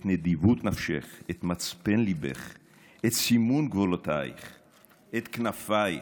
/ את נדיבות נפשך / את מצפן ליבך / את סימון גבולותייך / את כנפייך.